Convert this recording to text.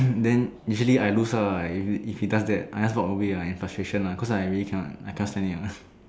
um then usually I lose her eh if he if he does that I just walk away ah in frustration lah cause I really cannot I cannot stand it lah